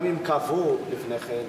גם אם קבעו לפני כן,